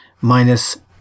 minus